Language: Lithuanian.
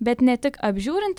bet ne tik apžiūrint